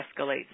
escalates